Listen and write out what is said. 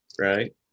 right